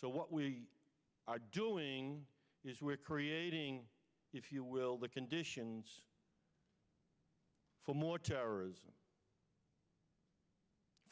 so what we are doing is we're creating if you will the conditions for more terrorism